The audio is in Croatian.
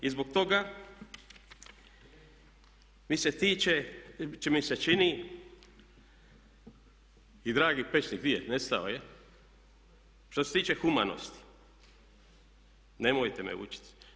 I zbog toga mi se čini i dragi Pecnik, di je, nestao je, što se tiče humanosti, nemojte me učiti.